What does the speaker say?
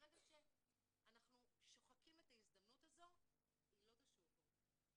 ברגע שאנחנו שוחקים את ההזדמנות הזו היא לא תשוב עוד.